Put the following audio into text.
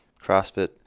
CrossFit